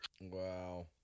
wow